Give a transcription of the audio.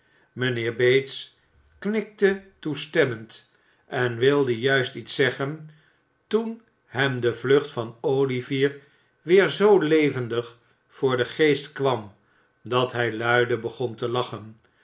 bates knikte toestemmend en wilde juist iets zeggen toen hem de vlucht van olivier weer zoo levendig voor den geest kwam dat hij luide begon te lachen